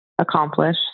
accomplish